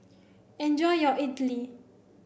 enjoy your Idly